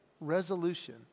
Resolution